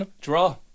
draw